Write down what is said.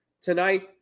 tonight